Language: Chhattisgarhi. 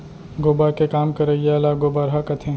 गोबर के काम करइया ल गोबरहा कथें